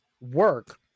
work